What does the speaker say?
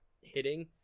hitting